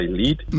lead